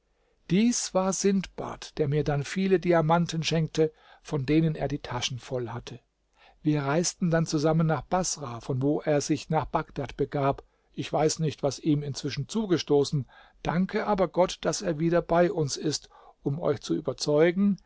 dies war sindbad der mir dann viele diamanten schenkte von denen er die taschen voll hatte wir reisten dann zusammen nach baßrah von wo er sich nach bagdad begab ich weiß nicht was ihm inzwischen zugestoßen danke aber gott daß er wieder bei uns ist um euch zu überzeugen